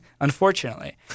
unfortunately